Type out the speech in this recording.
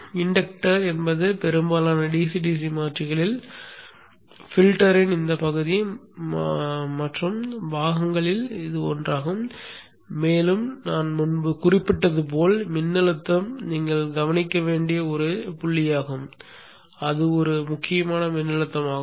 inductor என்பது பெரும்பாலான DC DC மாற்றிகளில் பில்டரின் இந்த பகுதி மாறும் பாகங்கள்களில் ஒன்றாகும் மேலும் நான் முன்பு குறிப்பிட்டது போல் மின்னழுத்தம் நீங்கள் கவனிக்க வேண்டிய ஒரு புள்ளியாகும் அது ஒரு முக்கியமான மின்னழுத்தமாகும்